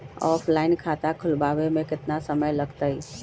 Offline खाता खुलबाबे में केतना समय लगतई?